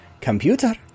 Computer